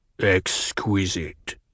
Exquisite